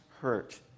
hurt